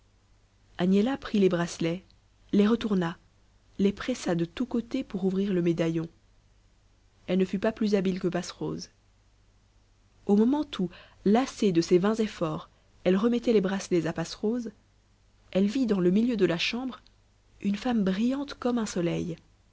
agnella prit les bracelets les retourna les pressa de tous côtés pour ouvrir le médaillon elle ne fut pas plus habile que passerose au moment où lassée de ses vains efforts elle remettait les bracelets à passerose elle vit dans le milieu de la chambre une femme brillante comme un soleil